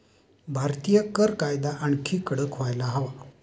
भारतीय कर कायदा आणखी कडक व्हायला हवा